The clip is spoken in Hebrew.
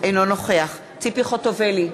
אינו נוכח ציפי חוטובלי,